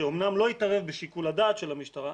שאמנם לא התערב בשיקול הדעת של המשטרה,